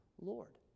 Lord